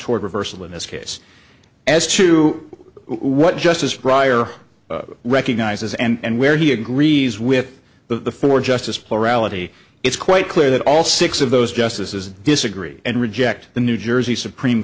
toward reversal in this case as to what justice pryor recognizes and where he agrees with the four justice plurality it's quite clear that all six of those justices disagree and reject the new jersey supreme